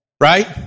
Right